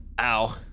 Ow